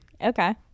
Okay